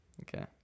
Okay